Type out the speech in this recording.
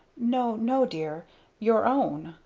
no no dear your own,